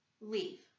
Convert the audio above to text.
leave